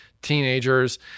teenagers